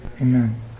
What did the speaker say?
amen